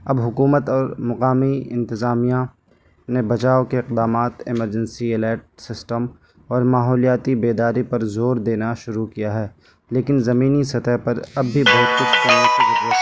اب حکومت اور مقامی انتظامیہ نے بچاؤ کے اقدامات ایمرجنسی ایلرٹ سسٹم اور ماحولیاتی بیداری پر زور دینا شروع کیا ہے لیکن زمینی سطح پر اب بھی بہت کچھ کرنے کی ضرورت ہے